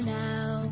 now